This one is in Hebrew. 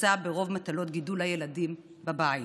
שתישא ברוב מטלות גידול הילדים בבית.